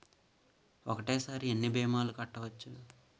ఒక్కటేసరి ఎన్ని భీమాలు కట్టవచ్చు?